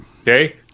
Okay